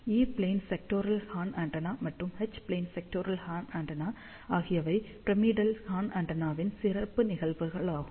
ஈ plane sectoral horn antenna மற்றும் H plane sectoral horn antenna ஆகியவை pyramidal horn ஆண்டெனாவின் சிறப்பு நிகழ்வுகளாகும்